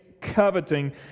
coveting